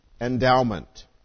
endowment